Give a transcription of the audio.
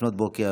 לפנות בוקר,